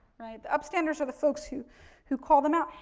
right, the up standers are the folks who who call them out.